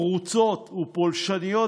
פרוצות ופולשניות,